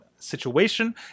situation